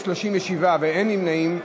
37 נגד, אין נמנעים.